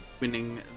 winning